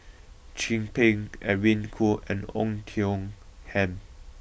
Chin Peng Edwin Koo and Oei Tiong Ham